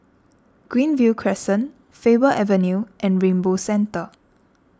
Greenview Crescent Faber Avenue and Rainbow Centre